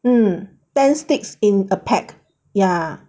mm ten sticks in a pack yeah